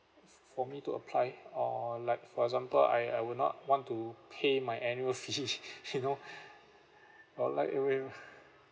for me to apply or like for example I I would not want to pay my annual fee you know I'd like it waived